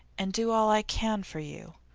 and do all i can for you.